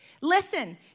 listen